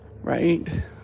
right